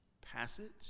passage